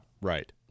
Right